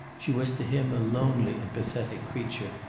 she was to him a lonely and pathetic creature,